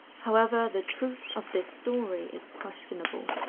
however, the truth of this story is questionable.